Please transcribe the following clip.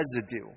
residue